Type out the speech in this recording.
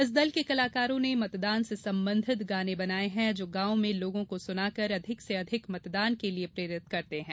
इस दल के कलाकारों ने मतदान से संबन्धित गाने बनाये हैं जो गांवों में लोगों को सुनाकर अधिक से अधिक मतदान के लिये प्रेरित करते हैं